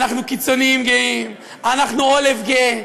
אנחנו קיצונים גאים, אנחנו עולב גאה,